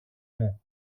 μου